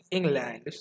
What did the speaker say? England